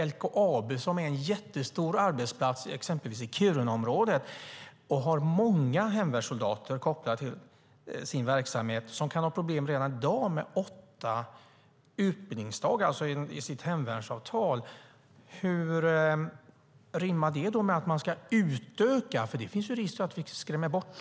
LKAB är en jättestor arbetsplats i exempelvis Kirunaområdet som har många hemvärnssoldater kopplade till sin verksamhet. De kan redan i dag ha problem med åtta utbildningsdagar i sitt hemvärnsavtal. Hur rimmar det med att man ska utöka? Det finns ju en risk att vi skrämmer bort.